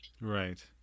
Right